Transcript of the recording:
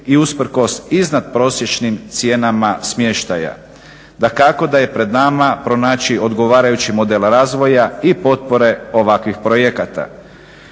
i usprkos iznadprosječnim cijenama smještaja. Dakako da je pred nama pronaći odgovarajući model razvoja i potpore ovakvih projekata.